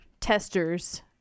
testers